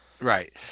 Right